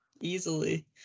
easily